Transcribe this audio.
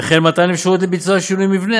וכן מתן אפשרות לביצוע שינויי מבנה